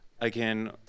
again